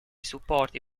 supporti